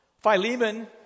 Philemon